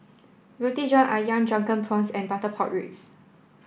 Roti John Ayam Drunken Prawns and Butter Pork Ribs